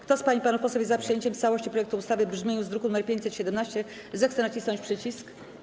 Kto z pań i panów posłów jest za przyjęciem w całości projektu ustawy w brzmieniu z druku nr 517, zechce nacisnąć przycisk.